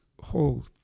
whole